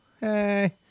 Hey